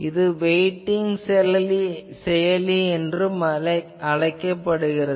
இது வெய்ட்டிங் செயலி எனவும் அழைக்கப்படுகிறது